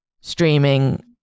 streaming